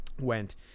went